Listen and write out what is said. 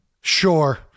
Sure